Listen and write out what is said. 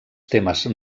temes